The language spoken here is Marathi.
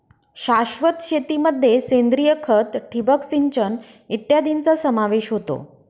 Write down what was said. शाश्वत शेतीमध्ये सेंद्रिय खत, ठिबक सिंचन इत्यादींचा समावेश होतो